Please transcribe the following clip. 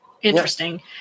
Interesting